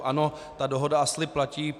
Ano, ta dohoda a slib platí.